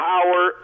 Power